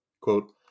quote